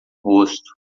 rosto